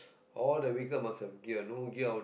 all the vehicle must have gear no gear